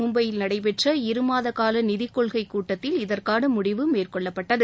மும்பையில் நடைபெற்ற இருமாத கால நிதிக்கொள்கைக் கூட்டத்தில் இதற்கான முடிவு மேற்கொள்ளப்பட்டது